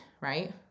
right